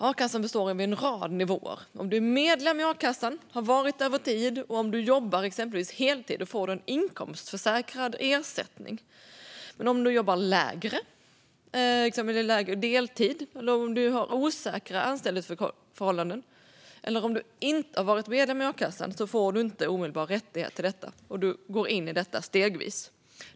A-kassan består av en rad nivåer. Om du är medlem i a-kassan, har varit det över tid och jobbar exempelvis heltid får du en inkomstförsäkrad ersättning. Men om du jobbar mindre, exempelvis deltid, om du har osäkra anställningsförhållanden eller om du inte har varit medlem i a-kassan får du inte en omedelbar rättighet till den utan går in i den stegvis.